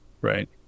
Right